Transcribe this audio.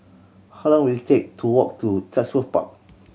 how long will it take to walk to Chatsworth Park